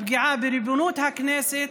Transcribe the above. הפגיעה בריבונות הכנסת,